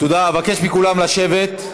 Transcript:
אני מבקש מכולם לשבת.